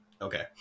Okay